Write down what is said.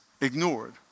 ignored